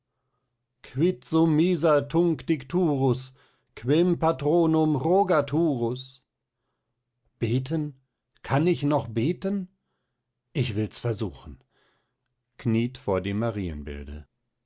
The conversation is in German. miser tunc dicturus quem patronum rogaturus beten kann ich noch beten ich wills versuchen kniet vor dem marienbilde